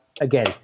Again